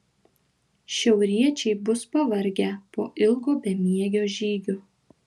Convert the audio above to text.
šiauriečiai bus pavargę po ilgo bemiegio žygio